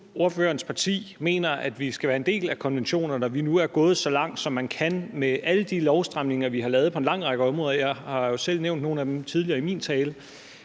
ordførerens parti mener, at vi skal være en del af konventionerne, og at vi nu er gået så langt, som man kan med alle de lovstramninger, vi har lavet på en lang række områder – jeg har jo selv nævnt nogle af dem tidligere i min tale